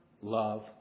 love